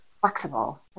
flexible